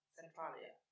Centralia